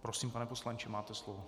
Prosím, pane poslanče, máte slovo.